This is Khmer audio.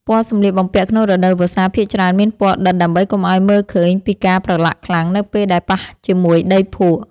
ពណ៌សម្លៀកបំពាក់ក្នុងរដូវវស្សាភាគច្រើនមានពណ៌ដិតដើម្បីកុំឱ្យមើលឃើញពីការប្រឡាក់ខ្លាំងនៅពេលដែលប៉ះជាមួយដីភក់។